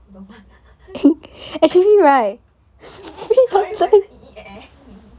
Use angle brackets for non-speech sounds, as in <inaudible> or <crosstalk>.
你懂吗 sorry 我一直 <noise>